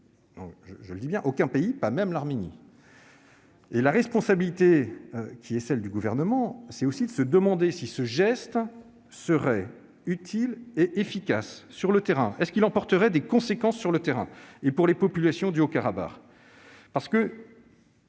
Je le dis bien : aucun pays, pas même l'Arménie. La responsabilité du Gouvernement consiste aussi à se demander si ce geste serait utile et efficace. Est-ce qu'il emporterait des conséquences sur le terrain pour les populations du Haut-Karabagh ?